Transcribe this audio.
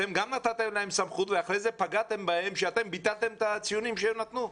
אתם גם נתתם להם סמכות ואחר כך פגעתם בהם כשביטלתם את הציונים שהם נתנו.